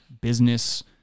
business